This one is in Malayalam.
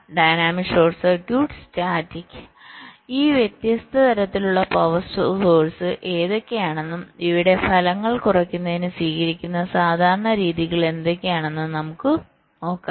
ഡൈനാമിക് ഷോർട്ട് സർക്യൂട്ട് സ്റ്റാറ്റിക് ഈ വ്യത്യസ്ത തരത്തിലുള്ള പവറിന്റെ സോഴ്സ് എന്തൊക്കെയാണെന്നും ഇവയുടെ ഫലങ്ങൾ കുറയ്ക്കുന്നതിന് സ്വീകരിക്കുന്ന സാധാരണ രീതികൾ എന്തൊക്കെയാണെന്നും നമുക്ക് നോക്കാം